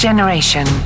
Generation